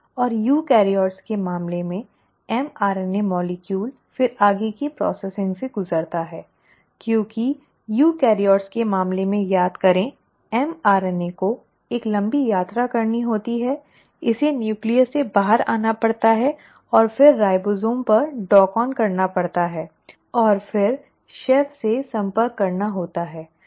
और युकेरियोट्स के मामले में mRNA अणु फिर आगे की प्रक्रिया से गुजरता है क्योंकि यूकेरियोट्स के मामले में याद करें mRNA को एक लंबी यात्रा करनी होती है इसे नाभिक से बाहर आना पड़ता है और फिर राइबोसोम पर डॉक ऑन करना पड़ता है और फिर शेफ से संपर्क करना होता है